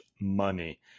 money